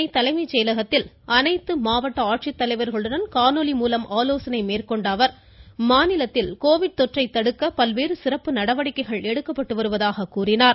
சென்னைத் செயலகத்தில் தலைச் அனைத்து மாவட்ட ஆட்சித்தலைவர்களுடன் இன்று காணொலி மூலம் ஆலோசனை மேற்கொண்ட அவர் மாநிலத்தில் கோவிட் தொற்றை தடுக்க பல்வேறு சிறப்பு நடவடிக்கைகள் எடுக்கப்பட்டு வருவதாக கூறினார்